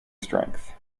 strength